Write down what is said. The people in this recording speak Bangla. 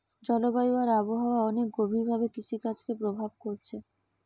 জলবায়ু আর আবহাওয়া অনেক গভীর ভাবে কৃষিকাজকে প্রভাব কোরছে